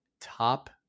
top